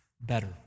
better